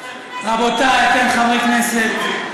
אתם חברי כנסת,